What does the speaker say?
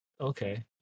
Okay